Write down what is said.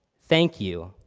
thank you.